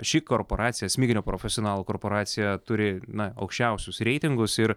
ši korporacija smiginio profesionalų korporacija turi na aukščiausius reitingus ir